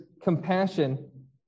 compassion